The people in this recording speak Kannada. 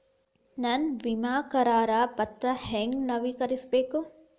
ನನ್ನ ವಿಮಾ ಕರಾರ ಪತ್ರಾ ಹೆಂಗ್ ನವೇಕರಿಸಬೇಕು?